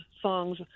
songs